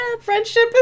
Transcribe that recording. friendship